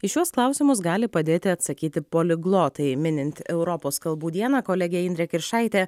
į šiuos klausimus gali padėti atsakyti poliglotai minint europos kalbų dieną kolegė indrė kiršaitė